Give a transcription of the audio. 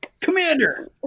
Commander